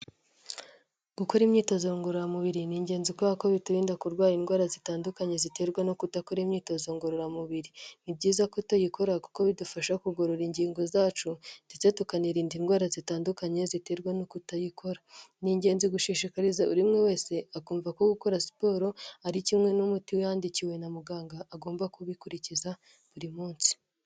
Gukora imyitozo ngorora mubiri n'ingenzi kubera ko biturinda kurwara indwara zitandukanye ziterwa no kudakora imyitozo ngorora mubiri, ni byiza ko tuyikora kuko bidufasha kugorora ingingo zacu ndetse tukanirinda indwara zitandukanye ziterwa no kutayikora, n'ingenzi gushishikariza buri umwe wese akumva ko gukora siporo ari kimwe n'umuti we yandikiwe na muganga agomba kubikurikiza buri munsi.